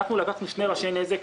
אנחנו לקחנו שני ראשי נזק,